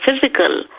physical